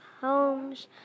homes